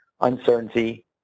uncertainty